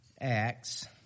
Acts